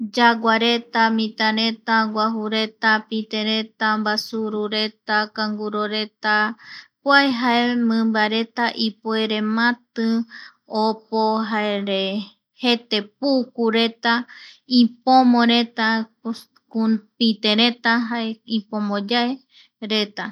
Yaguareta, mitareta, guajureta, pitereta, mbasurureta, kanguroreta kua jae mimbareta ipuere mati opo jare jete pukureta ipomoreta pitereta jae ipomoyaereta.